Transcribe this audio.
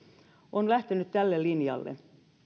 on lähtenyt tälle linjalle